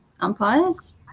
umpires